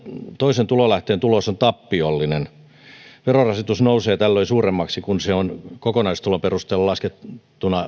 toisen tulolähteen tulos on tappiollinen verorasitus nousee tällöin suuremmaksi kuin sen kokonaistulon perusteella laskettuna